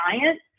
science